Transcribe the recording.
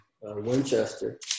Winchester